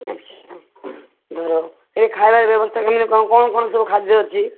ଆଚ୍ଛା ଘର ସେଠି ଖାଇବା ବ୍ୟବସ୍ଥା କେମିତି କ'ଣ କ'ଣ କ'ଣ ସବୁ ଖାଦ୍ୟ ଅଛି